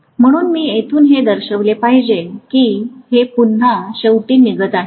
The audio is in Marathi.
म्हणून मी येथून हे दर्शविले पाहिजे की हे पुन्हा शेवटी निघत आहे